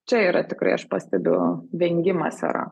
čia yra tikrai aš pastebiu vengimas yra